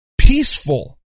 peaceful